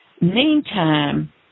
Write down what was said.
Meantime